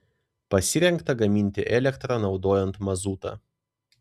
pasirengta gaminti elektrą naudojant mazutą